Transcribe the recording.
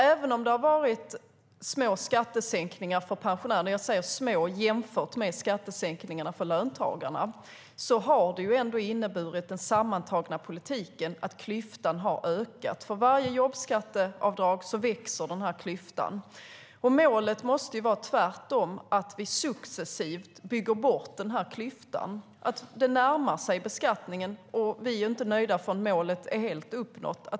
Även om det har varit små skattesänkningar för pensionärer - de är små jämfört med skattesänkningarna för löntagare - har den sammantagna politiken ändå inneburit att klyftan har ökat. För varje jobbskatteavdrag växer klyftan. Målet måste ju vara tvärtom, att vi successivt bygger bort klyftan så att beskattningen blir mer likvärdig. Vi är inte nöjda förrän målet är helt uppnått.